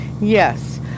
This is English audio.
Yes